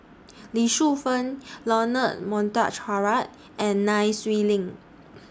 Lee Shu Fen Leonard Montague Harrod and Nai Swee Leng